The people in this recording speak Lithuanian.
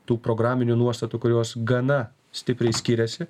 tų programinių nuostatų kurios gana stipriai skiriasi